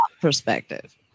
Perspective